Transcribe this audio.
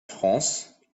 france